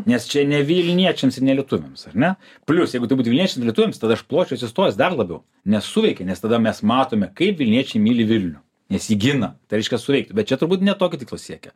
nes čia ne vilniečiams ir ne lietuviams ar ne plius jeigu vilniečiams lietuviams tada aš pločiau atsistojęs dar labiau nes suveikė nes tada mes matome kaip vilniečiai myli vilnių nes jį gina tai reiškia suveikti bet čia turbūt ne tokio tikslo siekia